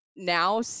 now